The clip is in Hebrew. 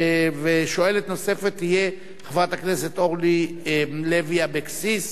שואלת נוספת תהיה חברת הכנסת אורלי לוי אבקסיס,